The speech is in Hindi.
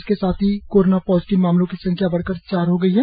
इसके साथ ही कोरोना पॉजिटिव मामलों की संख्या बढ़कर चार हो गई है